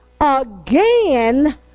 again